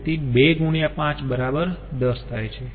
તેથી 2 ગુણ્યાં 5 બરાબર 10 થાય છે